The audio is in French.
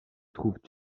trouvent